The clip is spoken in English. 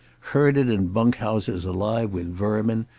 herded in bunk houses alive with vermin,